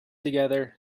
together